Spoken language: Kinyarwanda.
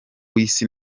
isi